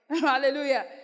hallelujah